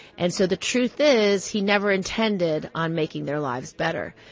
and so the truth is he never intended on making their lives better.